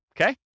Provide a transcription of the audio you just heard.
okay